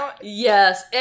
yes